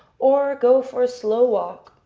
or go for a slow walk,